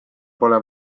pole